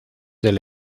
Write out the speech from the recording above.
del